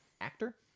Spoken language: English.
actor